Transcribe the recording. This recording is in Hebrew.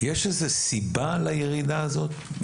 יש איזה סיבה לירידה הזאת?